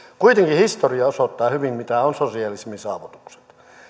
kuitenkin historia osoittaa hyvin mitä ovat sosialismin saavutukset